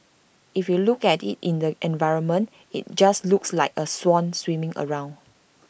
if you look at IT in the environment IT just looks like A swan swimming around